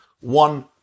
one